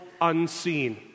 unseen